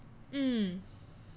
mm